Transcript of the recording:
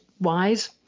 wise